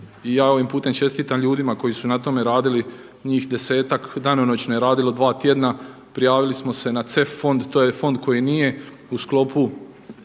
i ja ovim putem čestitam ljudima koji su na tome radili. Njih desetak danonoćno je radilo dva tjedna, prijavili smo se na CEF fond. To je fond koji nije u sklopu